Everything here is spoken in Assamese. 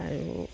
আৰু